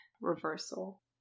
reversal